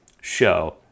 show